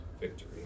victory